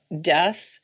death